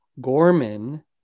Gorman